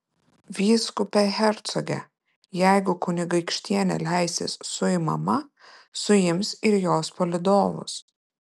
vyskupe hercoge jeigu kunigaikštienė leisis suimama suims ir jos palydovus